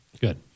Good